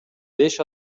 беш